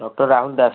doctor Rahul Das